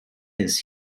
his